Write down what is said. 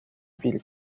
ville